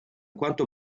quanto